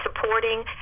supporting